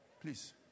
please